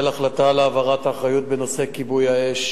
החלטה על העברת האחריות בנושא כיבוי האש